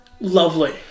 lovely